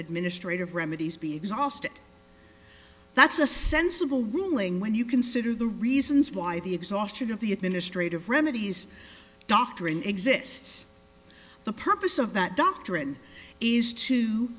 administrative remedies be exhausted that's a sensible ruling when you consider the reasons why the exhaustion of the administrative remedies doctrine exists the purpose of that doctrine is to